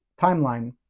timeline